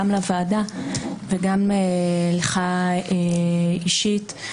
גם לוועדה וגם לך אישית.